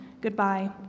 goodbye